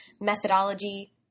methodology